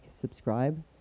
subscribe